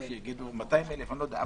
שיגידו 200,00. אני לא יודע,